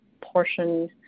portion